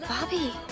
Bobby